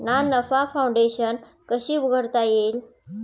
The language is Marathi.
ना नफा फाउंडेशन कशी उघडता येईल?